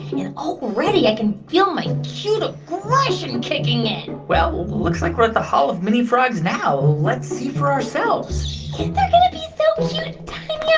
and already i can feel my cute aggression kicking in well, looks like we're at the hall of mini frogs now. let's see for ourselves they're going to be so cute and tiny